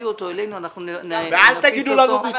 תביאו אותו אלינו, נפיץ אותו.